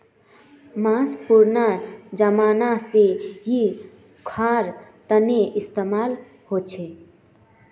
माँस पुरना ज़माना से ही ख्वार तने इस्तेमाल होचे